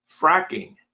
fracking